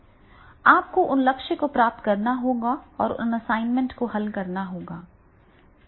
आपको उन लक्ष्यों को प्राप्त करना होगा और उन असाइनमेंट को हल करना होगा